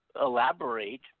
elaborate